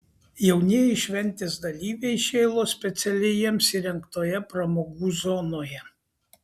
jaunieji šventės dalyviai šėlo specialiai jiems įrengtoje pramogų zonoje